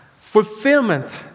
Fulfillment